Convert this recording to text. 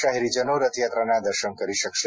શહેરીજનો રથયાત્રાના દર્શન કરી શકશે